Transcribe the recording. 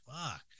fuck